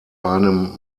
einem